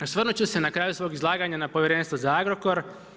Osvrnut ću se na kraju svog izlaganja na Povjerenstvo za Agrokor.